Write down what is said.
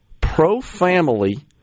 pro-family